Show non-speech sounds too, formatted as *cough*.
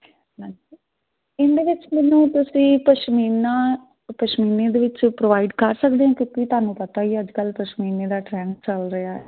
*unintelligible* ਇਹਦੇ ਵਿੱਚ ਮੈਨੂੰ ਤੁਸੀਂ ਪਸ਼ਮੀਨਾ ਪਸ਼ਮੀਨੇ ਦੇ ਵਿੱਚ ਪ੍ਰੋਵਾਈਡ ਕਰ ਸਕਦੇ ਕਿਉਂਕਿ ਤੁਹਾਨੂੰ ਪਤਾ ਹੀ ਅੱਜ ਕੱਲ੍ਹ ਪਸ਼ਮੀਨੇ ਦਾ ਟਰੈਂਡ ਚੱਲ ਰਿਹਾ